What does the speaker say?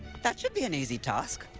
that should be an easy task.